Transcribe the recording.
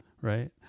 right